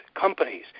companies